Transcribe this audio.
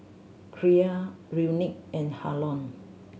Kyra Unique and Harlon